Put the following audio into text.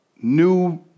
new